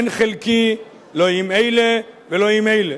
אין חלקי לא עם אלה ולא עם אלה.